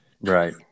Right